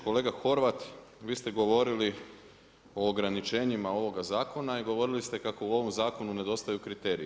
Kolega Horvat, vi ste govorili o ograničenjima ovoga zakona i govorili ste kako u ovom zakonu nedostaju kriteriji.